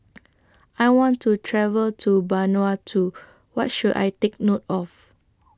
I want to travel to Vanuatu What should I Take note of